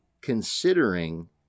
considering